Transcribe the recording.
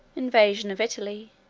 invasion of italy,